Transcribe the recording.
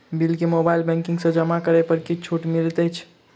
Bill केँ mobile banking सँ जमा करै पर किछ छुटो मिलैत अछि की?